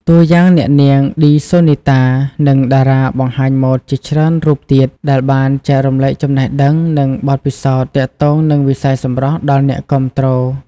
តួយ៉ាង អ្នកនាង ឌី សូនីតា និងតារាបង្ហាញម៉ូតជាច្រើនរូបទៀត ដែលបានចែករំលែកចំណេះដឹង និងបទពិសោធន៍ទាក់ទងនឹងវិស័យសម្រស់ដល់អ្នកគាំទ្រ។